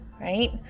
right